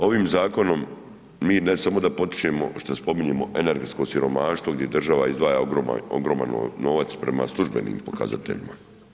Ovim zakonom mi ne samo da potičemo, što spominjemo energetsko siromaštvo gdje država izdvaja ogroman novac prema službenim pokazateljima.